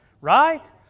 Right